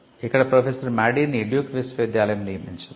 ఇక్కడ ప్రొఫెసర్ మాడీని డ్యూక్ విశ్వవిద్యాలయం నియమించింది